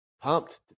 pumped